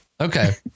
Okay